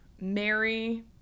Mary